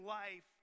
life